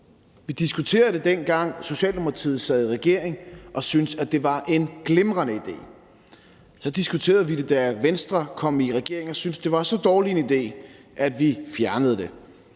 Vi diskuterede det, dengang Socialdemokratiet sad i regering og syntes, det var en glimrende idé. Så diskuterede vi det, da Venstre kom i regering, og vi syntes, det var så dårlig en idé, at vi fjernede den.